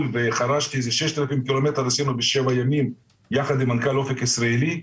וחרשתי איזה 6,000 ק"מ שעשינו בשבעה ימים יחד עם מנכ"ל אופק ישראלי,